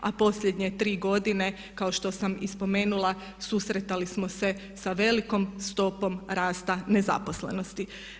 A posljednje tri godine kao što sam i spomenula susretali smo se sa velikom stopom rasta nezaposlenosti.